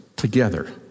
Together